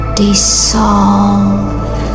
dissolve